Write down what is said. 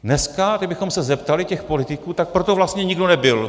Dneska kdybychom se zeptali těch politiků, tak pro to vlastně nikdo nebyl.